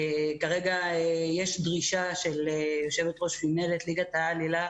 כרגע יש דרישה של יושבת-ראש מינהלת ליגת העל הילה